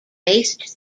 based